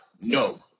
no